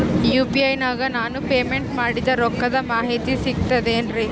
UPI ನಾಗ ನಾನು payment ಮಾಡಿದ ರೊಕ್ಕದ ಮಾಹಿತಿ ಸಿಕ್ತದೆ ಏನ್ರಿ?